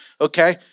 okay